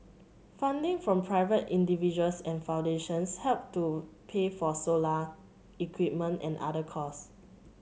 funding from private individuals and foundations help to pay for solar equipment and other cost